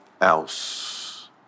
else